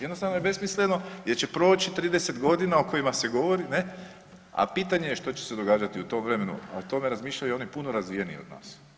Jednostavno je besmisleno jer će proći 30 g. o kojima se govori, ne, a pitanje je što će se događati u tom vremenu, ali o tome razmišljaju oni puno razvijenije od nas.